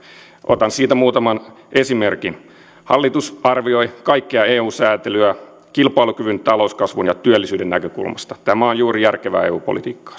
otan siitä muutaman esimerkin hallitus arvioi kaikkea eu sääntelyä kilpailukyvyn talouskasvun ja työllisyyden näkökulmasta tämä on juuri järkevää eu politiikkaa